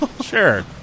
sure